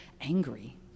angry